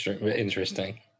interesting